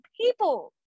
people